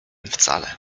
wcale